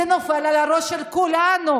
זה נופל על הראש של כולנו,